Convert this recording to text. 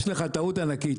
יש לך טעות ענקית,